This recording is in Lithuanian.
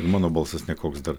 ir mano balsas ne koks dar